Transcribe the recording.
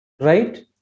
right